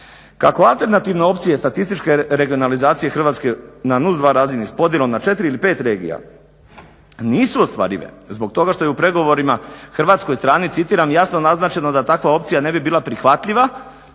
kako alternativne opcije statističke regionalizacije Hrvatske na NUTS 2 razini s podjelom na 4 ili 5 regija nisu ostvarive zbog toga što je u pregovorima hrvatskoj strani citiram: "Jasno naznačeno da takva opcija ne bi bila prihvatljiva".